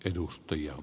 edustajia